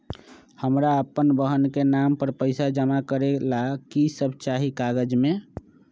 हमरा अपन बहन के नाम पर पैसा जमा करे ला कि सब चाहि कागज मे?